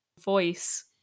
voice